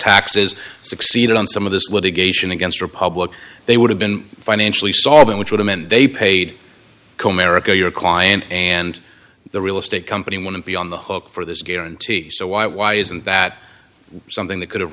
taxes succeeded on some of this litigation against republic they would have been financially solvent which would amend they paid comerica your client and the real estate company want to be on the hook for this guarantee so why why isn't that something that could